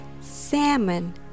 salmon